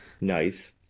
Nice